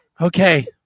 Okay